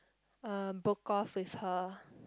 uh broke off with her